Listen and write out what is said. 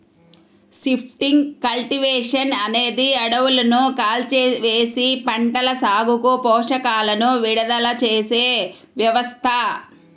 shifting cultivation అనేది అడవులను కాల్చివేసి, పంటల సాగుకు పోషకాలను విడుదల చేసే వ్యవస్థ